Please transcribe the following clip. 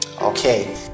Okay